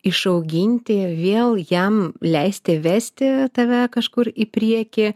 išauginti vėl jam leisti vesti tave kažkur į priekį